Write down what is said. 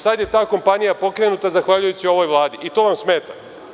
sada je ta kompanija pokrenuta zahvaljujući ovoj Vladi i to vam smeta.